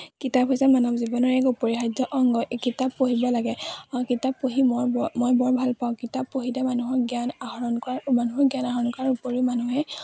কিতাপ হৈছে মানৱ জীৱনৰ এক অপৰিহাৰ্য অংগ কিতাপ পঢ়িব লাগে কিতাপ পঢ়ি মই মই বৰ ভাল পাওঁ কিতাপ পঢ়িলে মানুহৰ জ্ঞান আহৰণ কৰাৰ মানুহৰ জ্ঞান আহৰণ কৰাৰ উপৰিও মানুহে